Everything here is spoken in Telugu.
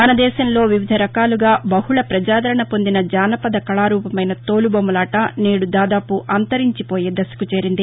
మనదేశంలో వివిధ రకాలుగా బహుళ ప్రజాదరణ పొందిన జానపద కళారూపమైన తోలుబొమ్మలాట నేడు దాదాపు అంతరించిపోయేదశకు చేరింది